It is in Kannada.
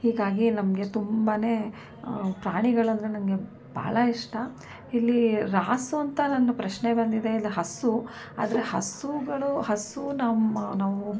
ಹೀಗಾಗಿ ನಮಗೆ ತುಂಬಾ ಪ್ರಾಣಿಗಳಂದರೆ ನಂಗೆ ಭಾಳ ಇಷ್ಟ ಇಲ್ಲಿ ರಾಸು ಅಂತ ನಾನು ಪ್ರಶ್ನೆ ಬಂದಿದೆ ಇದು ಹಸು ಆದರೆ ಹಸುಗಳು ಹಸು ನಮ್ಮ ನಾವು